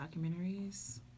documentaries